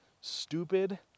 stupid